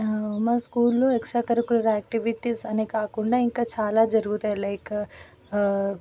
మా స్కూల్లో a extra curricular activities అనే కాకుండా ఇంకా చాలా జరుగుతాయి లైక్